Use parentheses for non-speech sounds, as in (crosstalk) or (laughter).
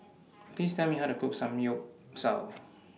(noise) Please Tell Me How to Cook Samgyeopsal (noise)